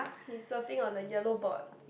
he is surfing on the yellow board